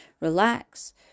relax